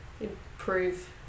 improve